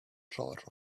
charge